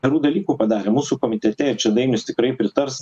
gerų dalykų padarė mūsų komitete ir čia dainius tikrai pritars